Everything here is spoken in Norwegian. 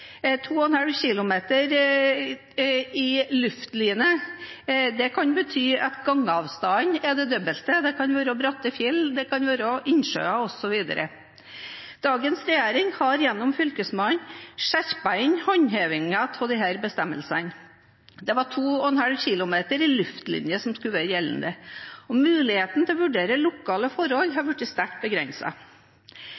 2,5 km er i luftlinje. Det kan bety at gangavstanden er det dobbelte. Det kan være bratte fjell, det kan være innsjøer, osv. Dagens regjering har gjennom Fylkesmannen skjerpet inn håndhevingen av disse bestemmelsene. Det var 2,5 km i luftlinje som skulle være gjeldende. Muligheten til å vurdere lokale forhold